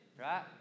right